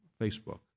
Facebook